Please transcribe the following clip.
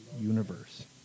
universe